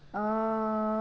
err